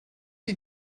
chi